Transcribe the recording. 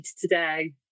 today